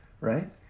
right